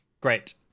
Great